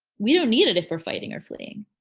we don't need it if we're fighting or fleeing.